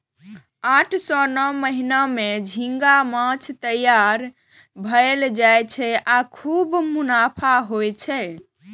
आठ सं नौ महीना मे झींगा माछ तैयार भए जाय छै आ खूब मुनाफा होइ छै